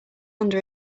under